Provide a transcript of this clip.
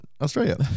Australia